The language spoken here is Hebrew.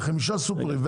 בחמישה סופרים,